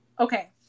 okay